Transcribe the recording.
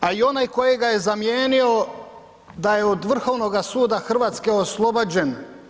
A i onaj koji ga je zamijenio da je od Vrhovnoga suda Hrvatske oslobođen.